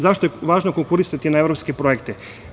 Zašto je važno konkurisati na evropske projekte?